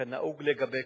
כנהוג לגבי כולם,